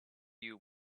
you